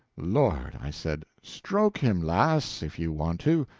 lord, i said, stroke him, lass, if you want to.